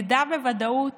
נדע בוודאות